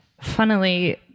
funnily